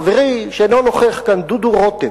חברי, שלא נוכח כאן, חבר הכנסת דוד רותם,